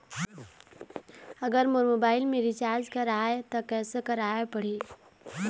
अगर मोर मोबाइल मे रिचार्ज कराए त कैसे कराए पड़ही?